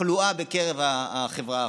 בתחלואה בקרב החברה החרדית,